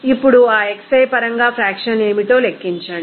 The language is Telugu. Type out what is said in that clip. ఇప్పుడు ఆ xi పరంగా ఫ్రాక్షన్ ఏమిటో లెక్కించండి